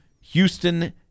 Houston